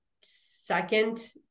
second